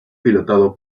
pilotado